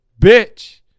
bitch